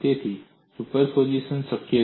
તેથી સુપરપોઝિશન શક્ય છે